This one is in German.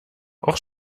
auch